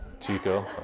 Chico